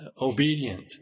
obedient